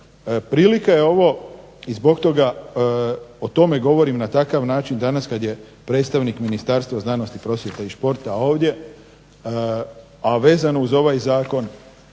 prilika je ovo i zbog toga o tome govorim na takav način danas kad je predstavnik Ministarstva znanosti, prosvjete i športa ovdje, a vezano uz ovaj zakon